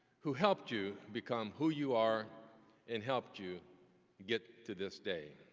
who helped you become who you are and helped you get to this day.